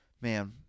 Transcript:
man